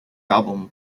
album